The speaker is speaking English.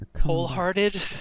wholehearted